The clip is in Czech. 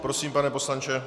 Prosím, pane poslanče.